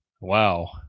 wow